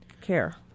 care